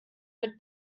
mit